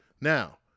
Now